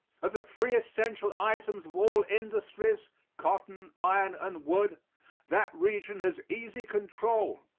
of the three essential items of all industries cotton, iron and wood that region has easy control.